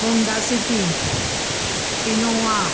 Honda city Innova